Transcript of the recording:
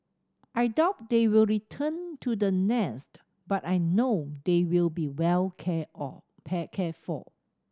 I doubt they will return to the nest but I know they will be well cared all pay cared for